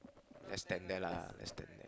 let stand there lah let stand there